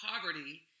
poverty